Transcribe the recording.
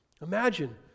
Imagine